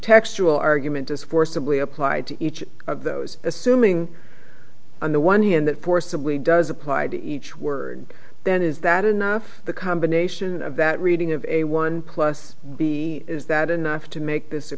textual argument is forcibly applied to each of those assuming on the one hand that forcibly does apply to each word then is that enough the combination of that reading of a one plus b is that enough to make this a